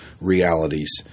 realities